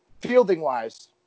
fielding-wise